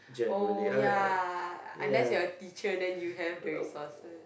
oh yeah unless you are a teacher then you have the resources